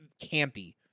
campy